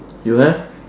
you have